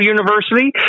University